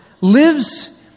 lives